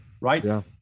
Right